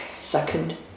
Second